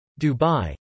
Dubai